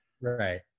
right